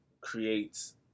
creates